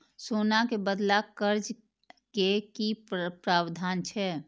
सोना के बदला कर्ज के कि प्रावधान छै?